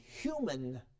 human